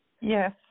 Yes